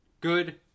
good